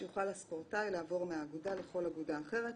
יוכל הספורטאי לעבור מהאגודה לכל אגודה אחרת,